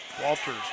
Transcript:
Walters